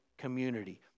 community